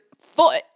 foot